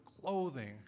clothing